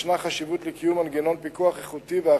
ישנה חשיבות לקיום מנגנון פיקוח איכותי ואחיד.